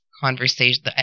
conversation